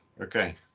okay